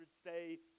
stay